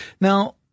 now